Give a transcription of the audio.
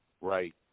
Right